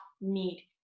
need